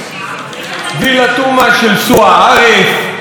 "וילה תומא" של סוהא עראף,